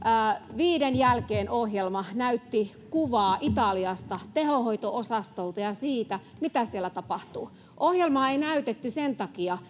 viiden jälkeen ohjelma näytti kuvaa italiasta tehohoito osastolta ja siitä mitä siellä tapahtuu ohjelmaa ei näytetty sen takia